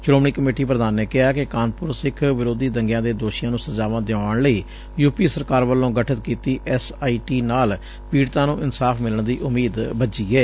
Shiromani committee ਪੂਧਾਨ ਨੇ ਕਿਹਾ ਕਿ ਕਾਨਪੂਰ ਸਿੱਖ ਵਿਰੋਧੀ ਦੰਗਿਆਂ ਦੇ ਦੋਸ਼ੀਆਂ ਨੂੰ ਸਜ਼ਾਵਾਂ ਦਿਵਾਉਣ ਲਈ ਯੂਪੀ ਸਰਕਾਰ ਵੱਲੋਂ ਗਠਿਤ ਕੀਤੀ ਐਸਆਈਟੀ ਨਾਲ ਪੀੜਤਾਂ ਨੂੰ ਇਨਸਾਫ ਮਿਲਣ ਦੀ ਉਮੀਦ ਬੱਝੀ ਏ